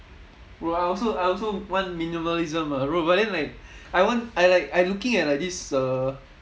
bro I also I also want minimalism ah bro but then like I want I like I looking at like this uh